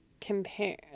Compare